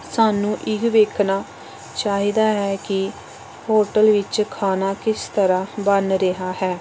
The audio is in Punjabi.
ਸਾਨੂੰ ਇਹ ਵੇਖਣਾ ਚਾਹੀਦਾ ਹੈ ਕਿ ਹੋਟਲ ਵਿੱਚ ਖਾਣਾ ਕਿਸ ਤਰ੍ਹਾਂ ਬਣ ਰਿਹਾ ਹੈ